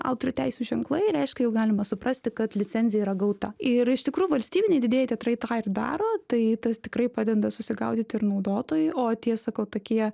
autorių teisių ženklai reiškia jau galima suprasti kad licencija yra gauta ir iš tikrų valstybiniai didieji teatrai tą ir daro tai tas tikrai padeda susigaudyti ir naudotojui o tie sakau tokie